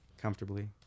comfortably